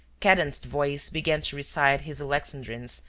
cadenced voice began to recite his alexandrines,